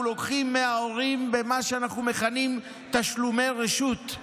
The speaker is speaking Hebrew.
לוקחים מההורים במה שאנחנו מכנים "תשלומי רשות";